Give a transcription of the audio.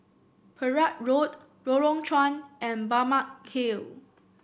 Perak Road Lorong Chuan and Balmeg Hill